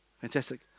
Fantastic